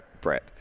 Brett